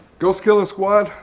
ghost killing squad,